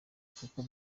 kuko